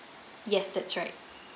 yes that's right